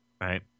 Right